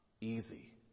easy